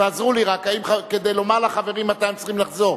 תעזרו לי רק כדי לומר לחברים מתי הם צריכים לחזור.